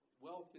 wealth